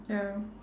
ya